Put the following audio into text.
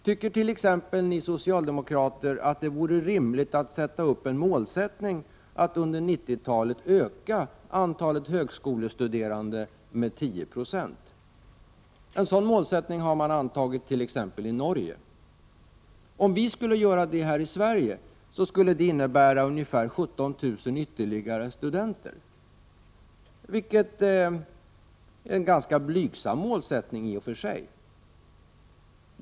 Tycker ni socialdemokrater att det vore rimligt att t.ex. sätta upp en målsättning att under 90-talet öka antalet högskolestuderande med 10 96? En sådan målsättning har man antagit i Norge. Om vi skulle göra det i Sverige skulle det innebära ungefär 17 000 studenter ytterligare. Det är i och för sig en ganska blygsam målsättning.